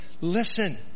listen